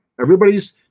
Everybody's